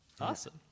Awesome